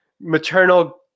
maternal